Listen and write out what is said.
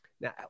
Now